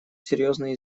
серьезные